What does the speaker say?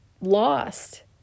lost